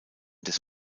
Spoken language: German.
des